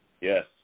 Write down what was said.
Yes